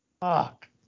Fuck